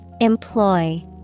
Employ